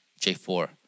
J4